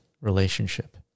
relationship